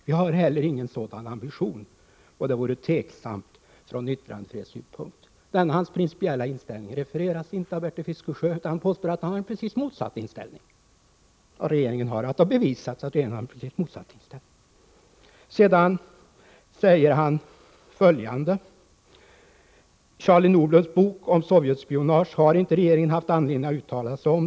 Vi har heller ingen sådan ambition, och det vore tveksamt från yttrandefrihetssynpunkt.” Denna principiella inställning refereras inte av Bertil Fiskejö, utan han påstår att statsministern och regeringen har precis motsatt inställning och att detta har bevisats. Sedan säger statsministern: ”Charlie Nordbloms bok om sovjetspionage har inte regeringen haft anledning att uttala sig om.